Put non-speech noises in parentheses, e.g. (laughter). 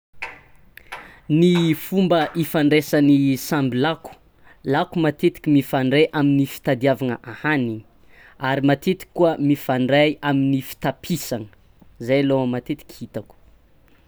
(noise) Ny (hesitation) fomba ifandraisan'ny (hesitation) samby lako: lako matetiky mifandray amin'ny fitadiavagna ahanigny, ary matetiky koa mifandray amin'ny fitapisagna zay laoha matetiky hitako.